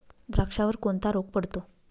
द्राक्षावर कोणता रोग पडतो?